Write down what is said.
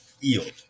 yield